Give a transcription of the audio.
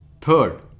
Third